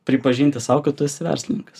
pripažinti sau kad tu esi verslininkas